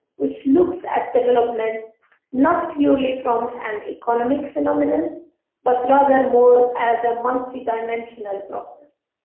which looks at development not purely from an economic phenomenon but rather more as a multidimensional process